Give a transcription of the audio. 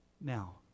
Now